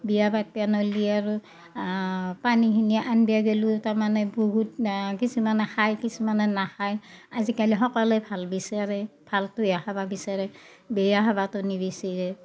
বিয়া পাতবা নল্লি আৰু পানীখিনি আনবা গেলিও তাৰমানে বহুত কিছুমানে খায় কিছুমানে নাখায় আজিকালি সকলোই ভাল বিচাৰে ভালটোহে খাবা বিচাৰে বেয়া খাবাটো নিবিচিৰে